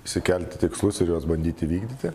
išsikelti tikslus ir juos bandyti įvykdyti